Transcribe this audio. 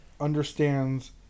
understands